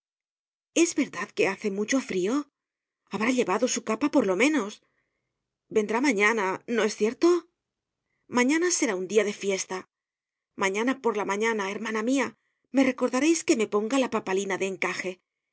es verdad que hace mucho frio habrá llevado su capa por lo menos vendrá mañana no es cierto mañana será un dia de fiesta mañana por la mañana hermana mia me recordareis que me ponga la papalina de encaje yo